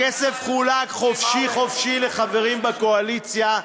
הכסף חולק חופשי-חופשי לחברים בקואליציה,